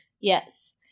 Yes